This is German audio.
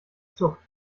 zuckt